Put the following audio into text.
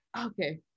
Okay